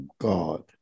God